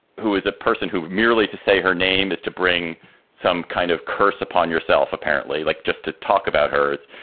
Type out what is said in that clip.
who is a person who merely to say her name is to bring some kind of curse upon yourself, apparently, like just to talk about hers,